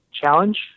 challenge